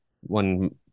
one